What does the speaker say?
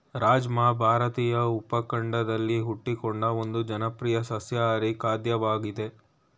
ರಾಜ್ಮಾ ಭಾರತೀಯ ಉಪಖಂಡದಲ್ಲಿ ಹುಟ್ಟಿಕೊಂಡ ಒಂದು ಜನಪ್ರಿಯ ಸಸ್ಯಾಹಾರಿ ಖಾದ್ಯವಾಗಯ್ತೆ